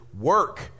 work